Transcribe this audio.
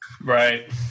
right